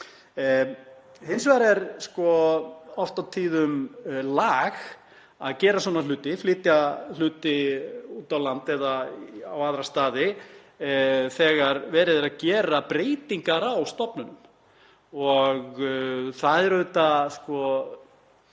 Hins vegar er oft og tíðum lag að gera svona hluti, flytja starfsemi út á land eða á aðra staði, þegar verið er að gera breytingar á stofnunum. Það er auðvitað